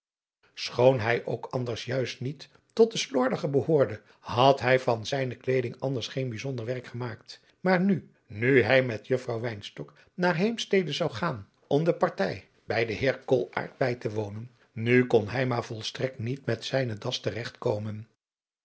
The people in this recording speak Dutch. schoon hij ook anders juist niet tot de slordige behoorde had hij van zijne kleeding anders geen bijzonder werk gemaakt maar nu nu hij met juffrouw wynstok naar heemstede zou gaan om de partij bij den heer koolaart bij te wonen nu kon hij maar volstrekt niet met zijne das